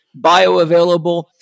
bioavailable